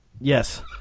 Yes